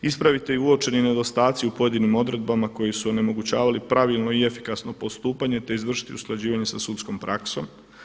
Ispraviti i uočeni nedostatci u pojedinim odredbama koji su omogućavali pravilno i efikasno postupanje, te izvršiti usklađivanje sa sudskom praksom.